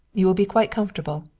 you will be quite comfortable.